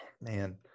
Man